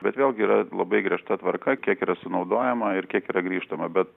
bet vėlgi yra labai griežta tvarka kiek yra sunaudojama ir kiek yra grįžtama bet